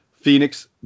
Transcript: Phoenix